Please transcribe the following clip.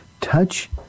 touch